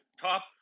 Top